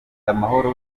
amahoro